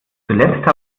zuletzt